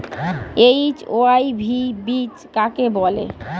HYV বীজ কাকে বলে?